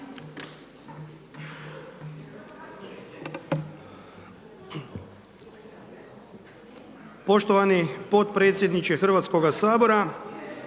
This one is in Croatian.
Hrvatskoga sabora,